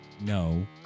No